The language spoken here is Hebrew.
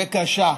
וקשה.